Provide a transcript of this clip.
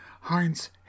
Heinz